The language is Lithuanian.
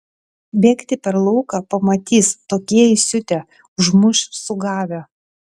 bėgti per lauką pamatys tokie įsiutę užmuš sugavę